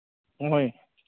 ꯍꯣꯏ